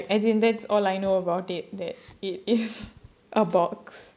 oh okay okay ya so I like as in that's all I know about it that it is a box